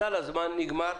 אזל הזמן, נגמר.